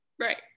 Right